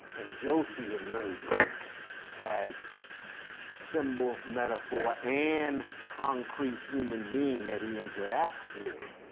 and josie emerges as symbol, metaphor, and concrete human being that he interacts with.